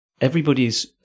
Everybody's